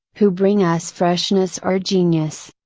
who bring us freshness or genius.